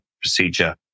procedure